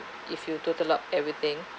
if you total up everything